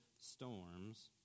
storms